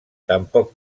tampoc